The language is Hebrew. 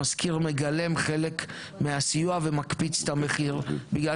המשכיר מגלם חלק מהסיוע ומקפיץ את המחיר בגלל